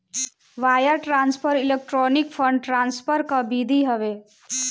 wire transfer electronic fund transfer कअ विधि हवे